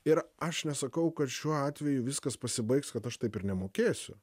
ir aš nesakau kad šiuo atveju viskas pasibaigs kad aš taip ir nemokėsiu